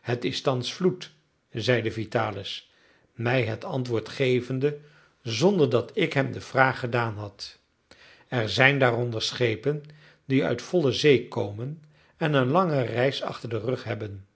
het is thans vloed zeide vitalis mij het antwoord gevende zonder dat ik hem de vraag gedaan had er zijn daaronder schepen die uit volle zee komen en een lange reis achter den rug hebben